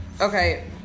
Okay